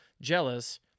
Jealous